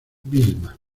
vilma